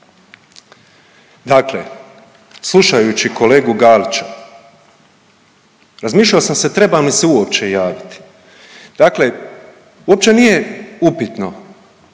Dakle, slušajući kolegu Galića, razmišljao sam se trebam li se uopće javiti. Dakle uopće nije upitno